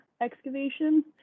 excavation